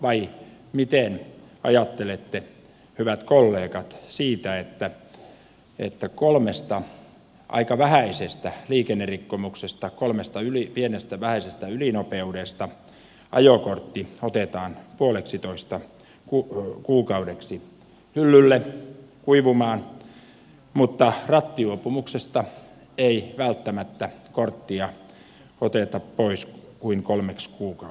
vai miten ajattelette hyvät kollegat siitä että kolmesta aika vähäisestä liikennerikkomuksesta kolmesta pienestä vähäisestä ylinopeudesta ajokortti otetaan puoleksitoista kuukaudeksi hyllylle kuivumaan mutta rattijuopumuksesta ei välttämättä korttia oteta pois kuin kolmeksi kuukaudeksi